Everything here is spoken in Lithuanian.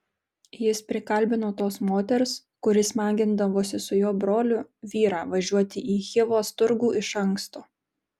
jis prikalbino tos moters kuri smagindavosi su jo broliu vyrą važiuoti į chivos turgų iš anksto